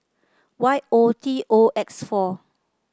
Y O T O X four